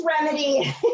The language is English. remedy